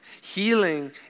healing